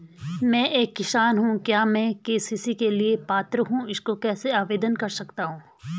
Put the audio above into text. मैं एक किसान हूँ क्या मैं के.सी.सी के लिए पात्र हूँ इसको कैसे आवेदन कर सकता हूँ?